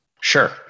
Sure